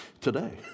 today